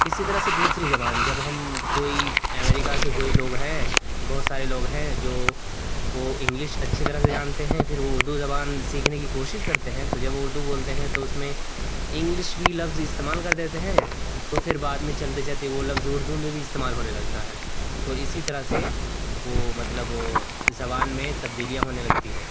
اسی طرح سے دوسری زبان جب ہم کوئی امریکہ سے کوئی لوگ ہیں بہت سارے لوگ ہیں جو وہ انگلش اچھی طرح سے جانتے ہیں پھر وہ اردو زبان سیکھنے کی کوشش کرتے ہیں تو جب وہ اردو بولتے ہیں تو اس میں انگلش بھی لفظ استعمال کر دیتے ہیں تو پھر بعد میں چلتے چلتے وہ لفظ اردو میں بھی استعمال ہونے لگتا ہے تو اسی طرح سے وہ مطلب زبان میں تبدیلیاں ہونے لگتی ہے